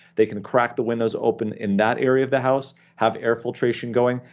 they can crack the windows open in that area of the house, have air filtration going,